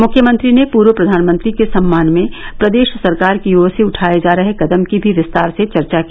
मुख्यमंत्री ने पूर्व प्रधानमंत्री के सम्मान में प्रदेश सरकार की ओर से उठाये जा रहे कदम की भी विस्तार से चर्चा की